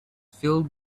filled